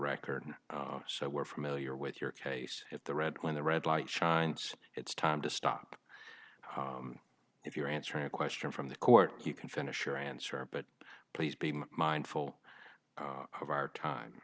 record so we're familiar with your case if the read when the red light shines it's time to stop if you're answering a question from the court you can finish your answer but please be mindful of our time